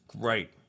Great